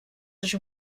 sich